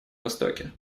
востоке